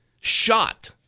shot